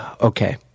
Okay